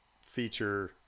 feature